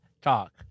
talk